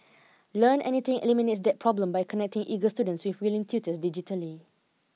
learn anything eliminates that problem by connecting eager students with willing tutors digitally